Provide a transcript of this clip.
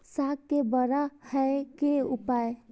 साग के बड़ा है के उपाय?